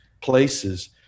places